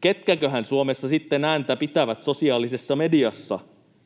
ketkäköhän Suomessa sitten ääntä pitävät sosiaalisessa mediassa?